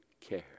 care